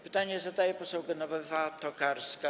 Pytanie zadaje poseł Genowefa Tokarska.